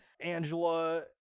Angela